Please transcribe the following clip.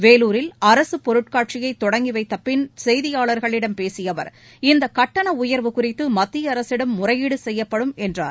வேலூரில் அரசு பொருட்காட்சியை துவக்கி வைத்த பின் செய்தியாளர்களிடம் பேசிய அவர் இந்தக் கட்டண உயர்வு குறித்து மத்திய அரசிடம் முறையீடு செய்யப்படும் என்றார்